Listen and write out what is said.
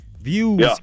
views